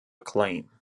claim